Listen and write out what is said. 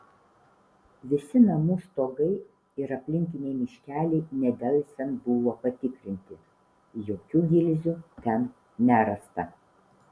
visi namų stogai ir aplinkiniai miškeliai nedelsiant buvo patikrinti jokių gilzių ten nerasta